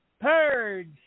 purge